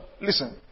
listen